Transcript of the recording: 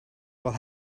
will